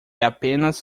apenas